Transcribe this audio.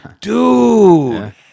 dude